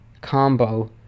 Combo